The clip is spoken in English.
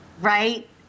right